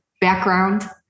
background